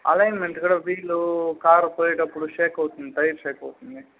alignment కూడా wheel car పోయేటప్పుడు shake అవుతుంది టైర్ షేక్ అవుతుంది